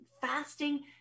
fasting